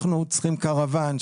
אנחנו צריכים קרוואן,